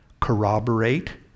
corroborate